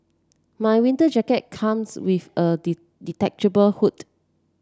my winter jacket comes with a detachable hood